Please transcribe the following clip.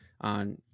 on